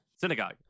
synagogue